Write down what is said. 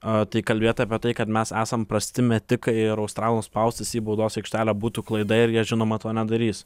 a tai kalbėt apie tai kad mes esam prasti metikai ir australam spaustis į baudos aikštelę būtų klaida ir jie žinoma to nedarys